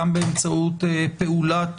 גם באמצעות פעולות